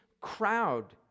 crowd